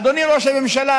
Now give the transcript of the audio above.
אדוני ראש הממשלה,